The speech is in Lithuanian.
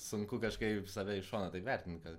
sunku kažkaip save iš šono taip vertint ką